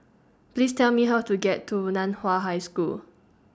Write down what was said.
Please Tell Me How to get to NAN Hua High School